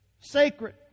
sacred